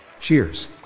Cheers